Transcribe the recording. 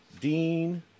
Dean